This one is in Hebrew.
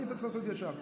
היית צריך לעשות ישר.